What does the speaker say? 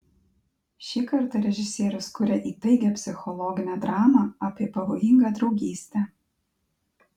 šį kartą režisierius kuria įtaigią psichologinę dramą apie pavojingą draugystę